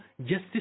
justice